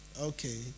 Okay